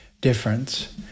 difference